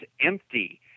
empty